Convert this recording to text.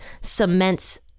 cements